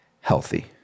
Healthy